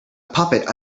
puppet